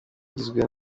ugizwe